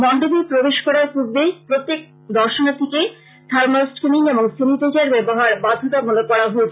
মন্ডপে প্রবেশ করার পূর্বে প্রত্যেক দর্শনার্থীকে থার্মাল চেকিং ও সেনিটাইজার ব্যবহার বাধ্যতামূলক করা হয়েছে